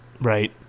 Right